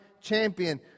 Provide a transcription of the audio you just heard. champion